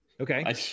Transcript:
okay